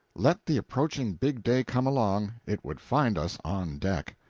let the approaching big day come along it would find us on deck.